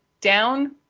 down